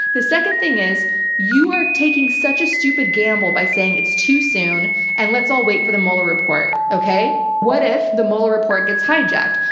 the second thing is you are taking such a stupid gamble by saying it's too soon and let's all wait for the mueller report. report. okay? what if the mueller report gets hijacked?